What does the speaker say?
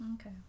Okay